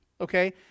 okay